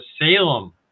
salem